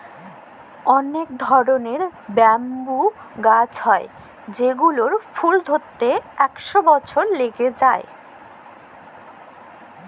ম্যালা ধরলের ব্যাম্বু গাহাচ হ্যয় যেগলার ফুল ধ্যইরতে ইক শ বসর ল্যাইগে যায়